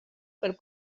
pel